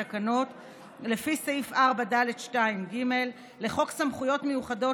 לפי סעיף 4(ד)(2)(ג) לחוק סמכויות מיוחדות